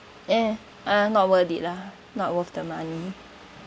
uh ah not worth it lah not worth the money